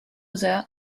other